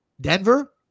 Denver